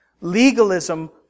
legalism